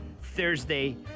Thursday